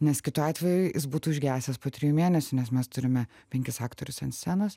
nes kitu atveju jis būtų užgesęs po trijų mėnesių nes mes turime penkis aktorius ant scenos